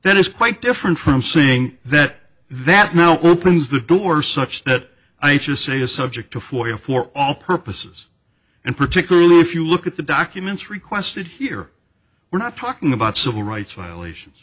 that is quite different from saying that that now opens the door such that i should say to subject to for you for all purposes and particularly if you look at the documents requested here we're not talking about civil rights violations